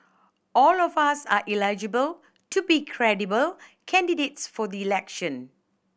all of us are eligible to be credible candidates for the election